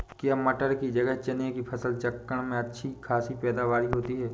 क्या मटर की जगह चने की फसल चक्रण में अच्छी खासी पैदावार होती है?